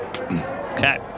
Okay